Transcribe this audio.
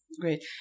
Great